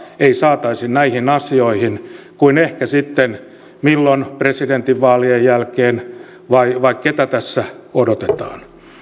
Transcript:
ei saataisi näihin asioihin kuin ehkä sitten milloin presidentinvaalien jälkeen vai vai ketä tässä odotetaan